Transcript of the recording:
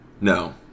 No